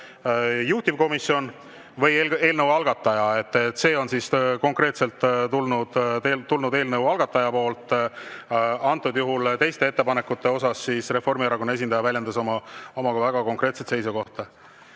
juhtivkomisjon või eelnõu algataja. See on konkreetselt tulnud eelnõu algataja poolt. Antud juhul teiste ettepanekute osas Reformierakonna esindaja väljendas oma väga konkreetset seisukohta.